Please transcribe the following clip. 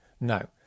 no